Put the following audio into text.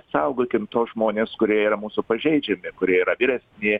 saugokime tuos žmones kurie yra mūsų pažeidžia bei kurie yra vyresni